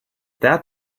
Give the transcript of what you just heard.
that